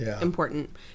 important